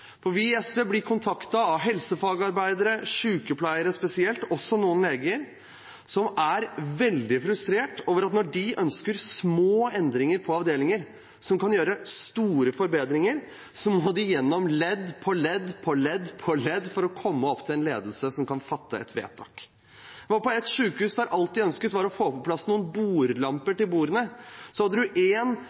Vi i SV blir kontaktet av helsefagarbeidere – spesielt sykepleiere, men også noen leger – som er veldig frustrert over at de, når de ønsker små endringer som kan gi store forbedringer på avdelinger, må gjennom ledd på ledd på ledd på ledd for å komme opp til en ledelse som kan fatte et vedtak. Vi var på et sykehus der alt de ønsket, var å få på plass noen bordlamper.